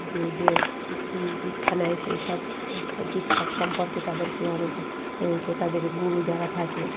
যে যে দীক্ষা নেয় সেই সব দীক্ষার সম্পর্কে তাদেরকে অনেক কে তাদের গুরু যারা থাকে